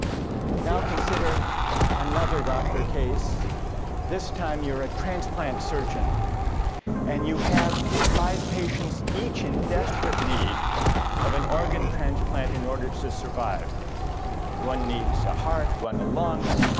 now consider another doctor case this time you're a transplant surgeon and you have five patients each in desperate need of an organ transplant in order to survive on needs a heart one a lung,